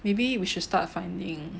maybe we should start finding